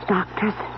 Doctors